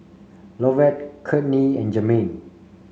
Lovett Kourtney and Jermaine